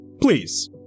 Please